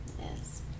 Yes